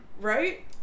right